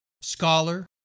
scholar